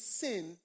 sin